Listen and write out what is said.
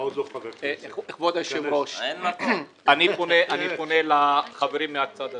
כבוד היושב-ראש, אני פונה לחברים מהצד הזה: